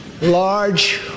large